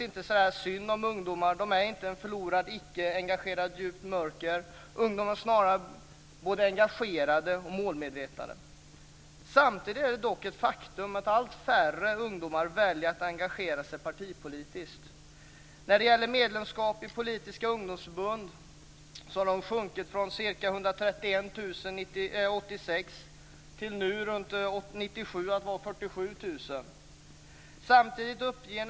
Det är således inte synd om ungdomar. De är inte förlorade i icke-engagemangets mörker. Ungdomar är snarare både engagerade och målmedvetna. Samtidigt är det dock ett faktum att allt färre ungdomar väljer att engagera sig partipolitiskt. Antalet medlemmar i politiska ungdomsförbund har sjunkit från ca 131 000 år 1986 till 47 000 år 1997.